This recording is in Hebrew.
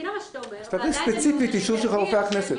אז תגיד ספציפית אישור של רופא הכנסת.